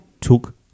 took